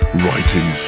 writing